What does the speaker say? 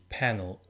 panel